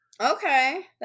okay